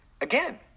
again